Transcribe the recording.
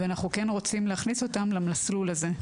ואנחנו רוצים להכניס אותם למסלול הזה.